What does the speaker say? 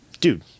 dude